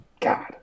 god